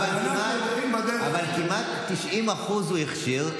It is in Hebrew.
אבל כמעט 90% הוא הכשיר,